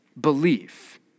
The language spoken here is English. belief